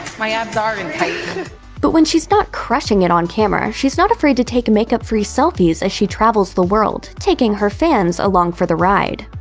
my abs are in tight but when she's not crushing it on camera, she's not afraid to take makeup-free selfies as she travels the world taking her fans along for the ride.